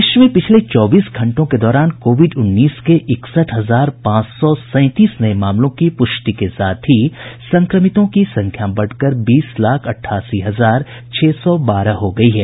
देश में पिछले चौबीस घंटों के दौरान कोविड उन्नीस के इकसठ हजार पांच सौ सैंतीस नये मामलों की पुष्टि के साथ ही संक्रमितों की संख्या बढ़कर बीस लाख अठासी हजार छह सौ बारह हो गई है